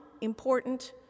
important